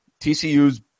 TCU's